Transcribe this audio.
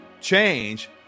change